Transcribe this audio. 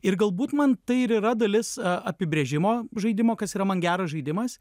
ir galbūt man tai ir yra dalis apibrėžimo žaidimo kas yra man geras žaidimas